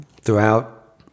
throughout